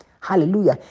Hallelujah